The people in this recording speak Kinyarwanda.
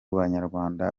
banyarwanda